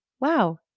wow